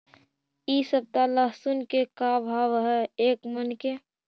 इ सप्ताह लहसुन के का भाव है एक मन के?